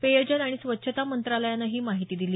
पेयजल आणि स्वच्छता मंत्रालयानं ही माहिती दिली